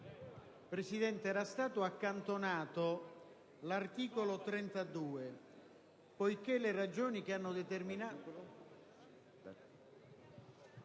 ha detto, era stato accantonato l'articolo 32. Poiché le ragioni che hanno determinato